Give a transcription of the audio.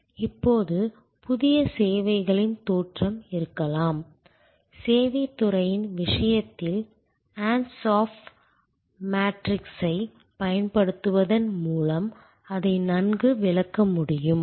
இப்போது புதிய சேவைகளின் தோற்றம் இருக்கலாம் சேவைத் துறையின் விஷயத்தில் Ansoff மேட்ரிக்ஸைப் பயன்படுத்துவதன் மூலம் அதை நன்கு விளக்க முடியும்